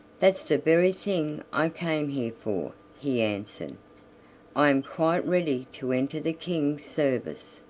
that's the very thing i came here for, he answered i am quite ready to enter the king's service.